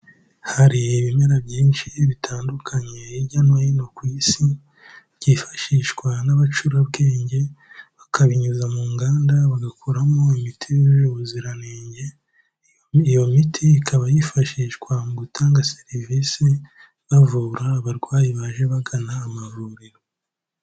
Hari ibimera byinshi bitandukanye hirya no hino ku isi byifashishwa n'abacurabwenge, bakabinyuza mu nganda bagakuramo imiti yujuje ubuziranenge, iyo miti ikaba yifashishwa mu gutanga service bavura abarwayi baje bagana amavuriro.